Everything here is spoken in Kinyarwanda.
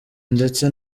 ndetse